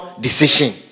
decision